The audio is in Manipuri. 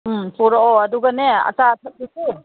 ꯎꯝ ꯄꯨꯔꯛꯑꯣ ꯑꯗꯨꯒꯅꯦ ꯑꯆꯥ ꯑꯊꯛꯇꯨꯁꯨ